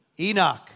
Enoch